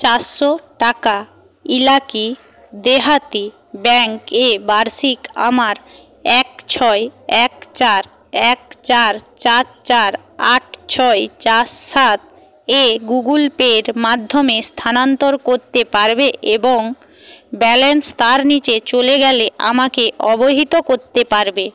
চারশো টাকা ইলাকি দেহাতি ব্যাঙ্কে এ বার্ষিক আমার এক ছয় এক চার এক চার চার চার আট ছয় চার সাতে গুগল পের মাধ্যমে স্থানানন্তর করতে পারবে এবং ব্যালেন্স তার নিচে চলে গেলে আমাকে অবহিত করতে পারবে